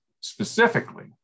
specifically